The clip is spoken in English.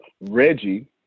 Reggie